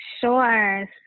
Sure